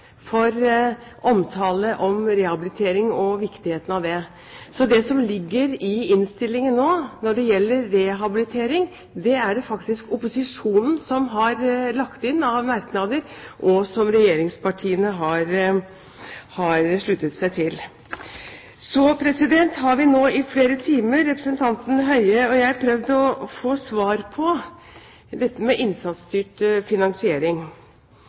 for omtale av rehabilitering og viktigheten av det. Det som ligger i innstillingen av merknader nå når det gjelder rehabilitering, er det faktisk opposisjonen som har lagt inn, og som regjeringspartiene har sluttet seg til. Så har vi, representanten Høie og jeg, nå i flere timer prøvd å få svar på dette med innsatsstyrt finansiering.